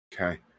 Okay